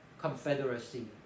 confederacy